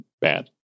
bad